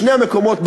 בשני המקומות,